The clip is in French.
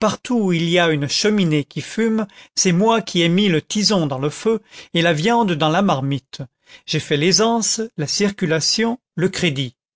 partout où il y a une cheminée qui fume c'est moi qui ai mis le tison dans le feu et la viande dans la marmite j'ai fait l'aisance la circulation le crédit